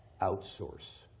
outsource